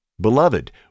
Beloved